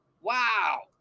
Wow